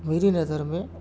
میری نظر میں